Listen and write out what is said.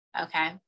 okay